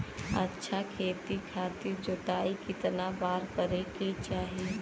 अच्छा खेती खातिर जोताई कितना बार करे के चाही?